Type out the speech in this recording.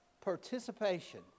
participation